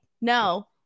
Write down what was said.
No